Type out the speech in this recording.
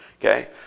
okay